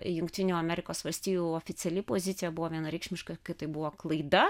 jungtinių amerikos valstijų oficiali pozicija buvo vienareikšmiška kad tai buvo klaida